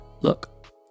look